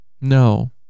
no